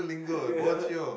yeah